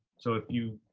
so if you,